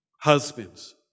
Husbands